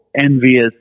envious